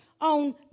on